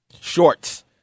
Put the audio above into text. shorts